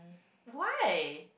why